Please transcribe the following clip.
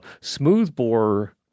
Smoothbore